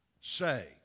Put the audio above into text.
say